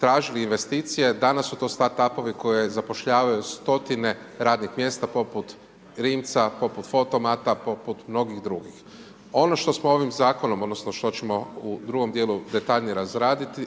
tražili investicije, danas su to start up-ovi koji zapošljavaju stotine radnih mjesta poput Rimca, poput FOTO MATA, poput mnogih drugih. Ono što smo ovim zakonom odnosno što ćemo u drugom dijelu detaljnije